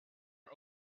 are